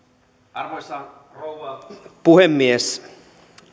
arvoisa rouva puhemies